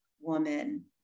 woman